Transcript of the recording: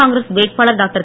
காங்கிரஸ் வேட்பாளர் டாக்டர்